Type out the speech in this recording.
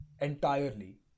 entirely